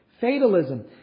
fatalism